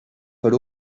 per